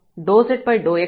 ∂z∂x ని పొందుతాము